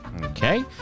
Okay